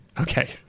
Okay